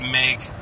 make